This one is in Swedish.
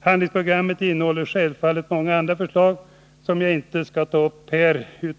Handlingsprogrammet innehåller självfallet många andra förslag som jag inte skall ta upp här.